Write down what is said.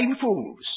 fools